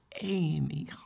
Amy